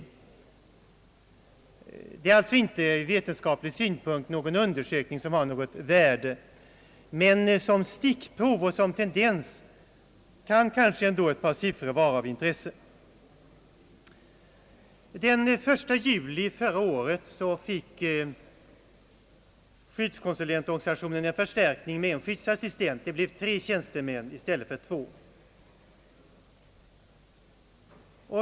Detta är alltså inte ur vetenskaplig synpunkt en undersökning som har något värde, men som stickprov och tendens kan kanske ändå ett par siffror vara av intresse. Den 1 juli 1966 fick skyddskonsulentorganisationen i Borås en förstärkning med en skyddsassistent, och det blev tre tjänstemän i stället för två.